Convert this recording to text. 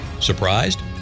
Surprised